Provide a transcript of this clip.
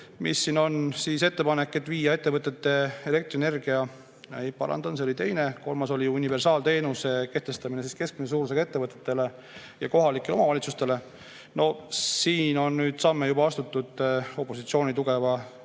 mis siin on, on ettepanek viia ettevõtete elektrienergia ... Ei, parandan, see oli teine. Kolmas oli universaalteenuse kehtestamine keskmise suurusega ettevõtetele ja kohalikele omavalitsustele. No siin on nüüd juba samm astutud. Opositsiooni tugeva